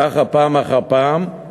כך פעם אחר פעם.